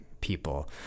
people